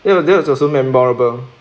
that that was also memorable